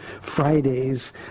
fridays